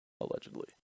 Allegedly